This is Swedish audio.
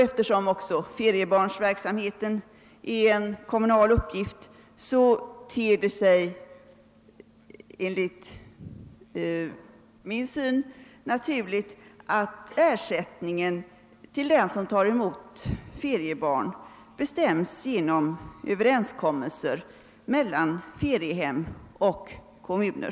Eftersom också feriebarnsverksamheten är en kommunal uppgift ter det sig enligt min syn naturligt att ersättningen till den som tar emot feriebarn bestäms genom överenskommelser mellan feriehem och kommuner.